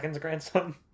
grandson